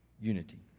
unity